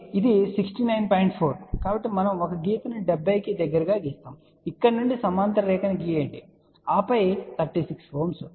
4 కాబట్టి మనము ఒక గీతను 70 కి దగ్గరగా గీస్తాము ఇక్కడ నుండి సమాంతర రేఖను గీయండి ఆపై 36 ohm